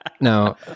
no